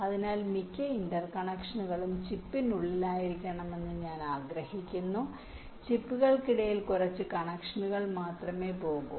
അതിനാൽ മിക്ക ഇന്റർ കണക്ഷനുകളും ചിപ്പിനുള്ളിലായിരിക്കണമെന്ന് ഞാൻ ആഗ്രഹിക്കുന്നു ചിപ്പുകൾക്കിടയിൽ കുറച്ച് കണക്ഷനുകൾ മാത്രമേ പോകൂ